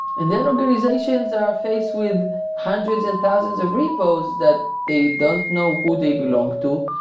and then organizations are faced with hundreds and thousands of repos that they don't know who they belong to.